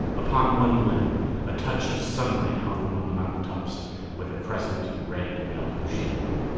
upon one limb a touch of sunlight hung on the mountain tops with a crescent red-yellow sheen.